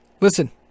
listen